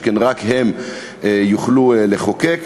שכן רק הם יוכלו לחוקק.